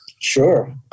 Sure